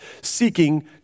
seeking